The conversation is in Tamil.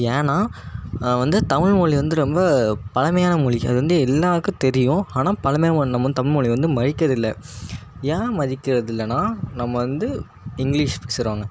ஏன்னா வந்து தமிழ்மொலி வந்து ரொம்ப பழமையான மொழிகள் வந்து எல்லாருக்கும் தெரியும் ஆனால் பழமையா ஒன் நம்ம வந்து தமில்மொழிய வந்து மதிக்கிறதில்லை ஏன் மதிக்கிறதில்லைன்னா நம்ம வந்து இங்கிலீஷ் பேசுகிறாங்க